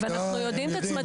ואנחנו יודעים את הצמתים,